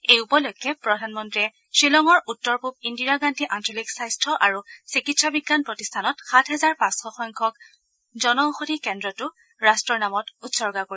এই উপলক্ষে প্ৰধানমন্ত্ৰীয়ে থিলঙৰ উত্তৰ পূব ইন্দিৰা গান্ধী আঞ্চলিক স্বাস্থ্য আৰু চিকিৎসা বিজ্ঞান প্ৰতিষ্ঠানত সাত হেজাৰ পাঁচশ সংখ্যক জন ঔষধি কেন্দ্ৰটো ৰাট্টৰ নামত উৎসৰ্গা কৰিব